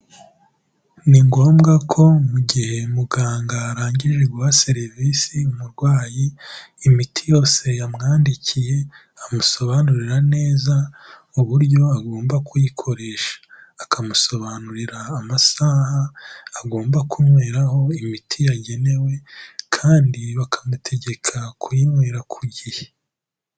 Ni ngombwa ko mu gihe muganga arangije guha serivise umurwayi, imiti yose yamwandikiye amusobanurira neza uburyo agomba kuyikoresha akamusobanurira amasaha agomba kunyweraho imiti yagenewe kandi bakamutegeka kuyinywera ku gihe.